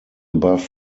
above